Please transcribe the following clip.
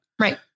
right